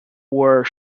were